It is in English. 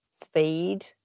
speed